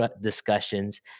discussions